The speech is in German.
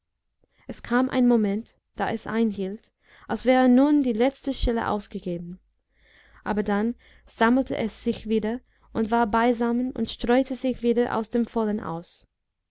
es kam ein moment da es einhielt als wäre nun die letzte schelle ausgegeben aber dann sammelte es sich wieder und war beisammen und streute sich wieder aus dem vollen aus